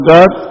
God